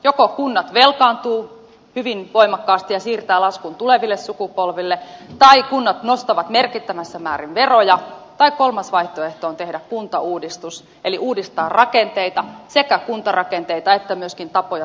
joko kunnat velkaantuvat hyvin voimakkaasti ja siirtävät laskun tuleville sukupolville tai kunnat nostavat merkittävässä määrin veroja tai kolmas vaihtoehto on tehdä kuntauudistus eli uudistaa rakenteita sekä kuntarakenteita että myöskin tapoja tuottaa palveluita